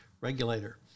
regulator